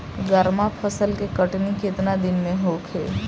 गर्मा फसल के कटनी केतना दिन में होखे?